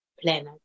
planet